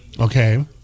Okay